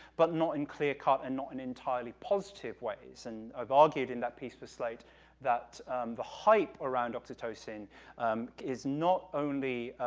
but not in clear cut and not in entirely positive ways, and i've argued in that piece piece like that the hype around oxytocin is not only,